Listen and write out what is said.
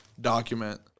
document